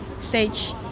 stage